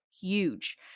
Huge